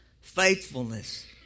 faithfulness